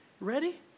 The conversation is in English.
Ready